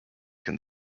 can